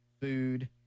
food